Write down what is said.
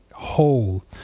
Whole